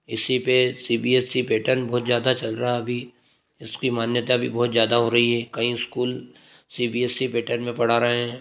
इसी पे C B S E pattern बहुत ज़्यादा चल रहा अभी इसकी मान्यता भी बहुत ज़्यादा हो रही है कई school C B S E pattern में पढ़ा रहे हैं